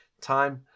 time